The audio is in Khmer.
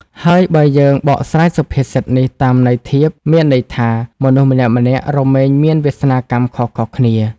ហើយបើយើងបកស្រាយសុភាសិតនេះតាមន័យធៀប មានន័យថា មនុស្សម្នាក់ៗរមែងមានវាសនាកម្មខុសៗគ្នា ។